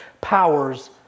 powers